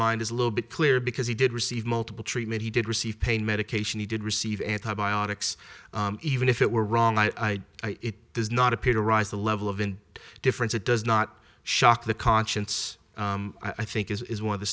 mind is a little bit clear because he did receive multiple treatment he did receive pain medication he did receive antibiotics even if it were wrong i it does not appear to rise the level of in difference it does not shock the conscience i think is one of the